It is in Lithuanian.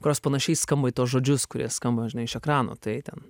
kurios panašiai skamba į tuos žodžius kurie skamba žinai iš ekrano tai ten